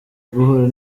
guhura